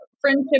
friendship